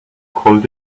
called